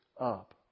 up